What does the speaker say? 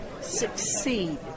succeed